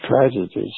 tragedies